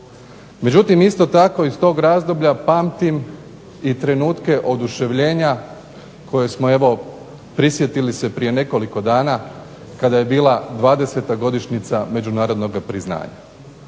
Međutim isto tako iz tog razdoblja pamtim i trenutke oduševljenja kojih smo evo prisjetili se prije nekoliko dana kada je bila 20. godišnjica međunarodnoga priznanja.